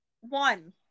One